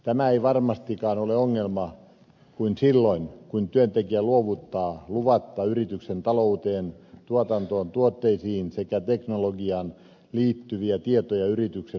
tämä ei varmastikaan ole ongelma muutoin kuin silloin kun työntekijä luovuttaa luvatta yrityksen talouteen tuotantoon tuotteisiin sekä teknologiaan liittyviä tietoja yrityksen ulkopuolelle